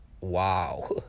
Wow